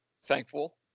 thankful